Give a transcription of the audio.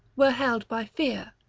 were held by fear,